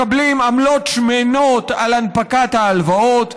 מקבלים עמלות שמנות על הנפקת ההלוואות,